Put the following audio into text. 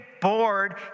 bored